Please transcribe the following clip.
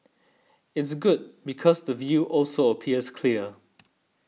it's good because the view also appears clear